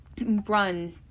run